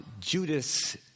Judas